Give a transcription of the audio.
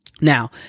Now